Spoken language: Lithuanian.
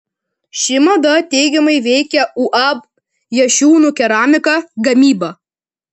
ši mada teigiamai veikia uab jašiūnų keramika gamybą